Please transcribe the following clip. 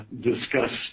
discussed